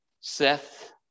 Seth